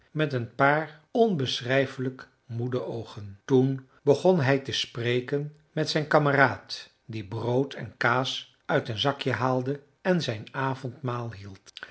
met een paar onbeschrijfelijk moede oogen toen begon hij te spreken met zijn kameraad die brood en kaas uit een zakje haalde en zijn avondmaal hield